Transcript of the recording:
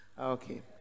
Okay